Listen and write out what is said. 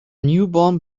newborn